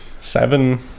Seven